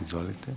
Izvolite.